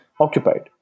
occupied